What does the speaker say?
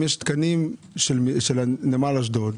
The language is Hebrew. אם יש תקנים של נמל אשדוד,